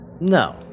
No